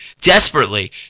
desperately